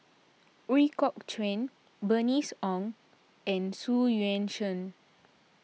Ooi Kok Chuen Bernice Ong and Xu Yuan Zhen